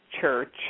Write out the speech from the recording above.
church